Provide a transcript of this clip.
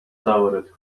سوارت